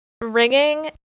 ringing